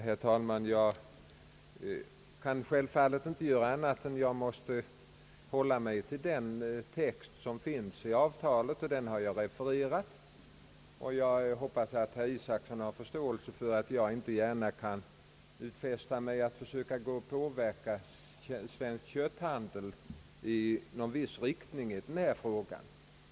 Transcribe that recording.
Herr talman! Jag kan självfallet inte göra annat än att hålla mig till den text som finns i avtalet, och den har jag refererat. Jag hoppas att herr Isacson har förståelse för att jag inte gärna kan utfästa mig att påverka Svensk kötthandel i någon viss rikining i denna fråga.